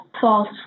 false